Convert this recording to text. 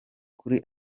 kuri